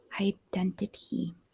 Identity